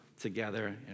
together